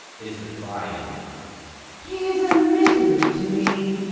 it is the pride in him he is a misery to me!